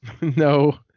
No